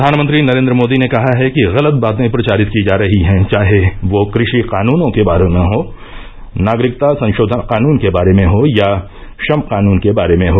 प्रधानमंत्री नरेन्द्र मोदी ने कहा है कि गलत बातें प्रचारित की जा रही हैं चाहे वो कृषि कानूनों के बारे में हो नागरिकता संशोधन कानून के बारे में हो या श्रम कानून के बारे में हो